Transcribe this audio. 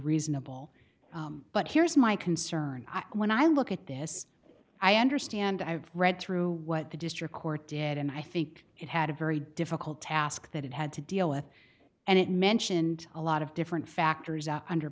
reasonable but here's my concern when i look at this i understand i've read through what the district court did and i think it had a very difficult task that it had to deal with and it mentioned a lot of different factors